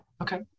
okay